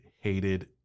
hated